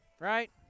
right